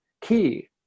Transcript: key